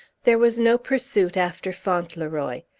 there was no pursuit after fauntleroy.